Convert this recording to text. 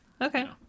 Okay